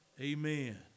Amen